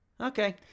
Okay